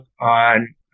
on